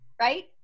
right